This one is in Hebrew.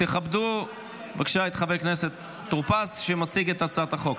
תכבדו בבקשה את חבר הכנסת טור פז שמציג את הצעת החוק.